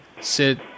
sit